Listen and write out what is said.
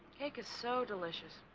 cake is so delicious.